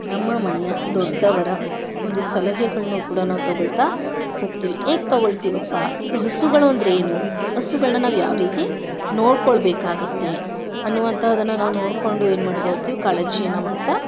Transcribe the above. ನಮ್ಮ ಮನೆಯ ದೊಡ್ಡವರ ಒಂದು ಸಲಹೆಗಳನ್ನೂ ಕೂಡ ನಾವು ತಗೊಳ್ತಾ ಹೋಗ್ತೀವಿ ಹೇಗೆ ತಗೊಳ್ತೀವಪ್ಪ ಈಗ ಹಸುಗಳೆಂದರೆ ಏನು ಹಸುಗಳನ್ನ ನಾವು ಯಾವ ರೀತಿ ನೋಡ್ಕೊಳ್ಬೇಕಾಗುತ್ತೆ ಅನ್ನುವಂಥದ್ದನ್ನ ನಾವು ನೋಡಿಕೊಂಡು ಏನು ಮಾಡ್ತಾ ಹೋಗ್ತೀವಿ ಕಾಳಜಿಯನ್ನು ಮಾಡ್ತಾ ಹೋಗ್ತೀವಿ